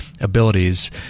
abilities